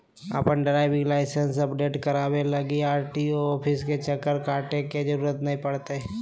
अपन driving licence update कराबे लगी आर.टी.ओ ऑफिस के चक्कर काटे के जरूरत नै पड़तैय